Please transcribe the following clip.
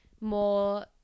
more